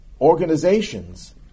organizations